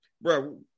bro